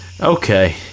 Okay